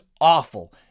awful